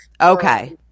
Okay